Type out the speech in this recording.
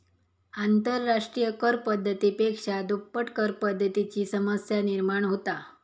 आंतरराष्ट्रिय कर पद्धती पेक्षा दुप्पट करपद्धतीची समस्या निर्माण होता